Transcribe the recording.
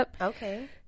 Okay